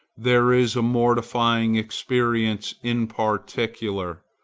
there is a mortifying experience in particular,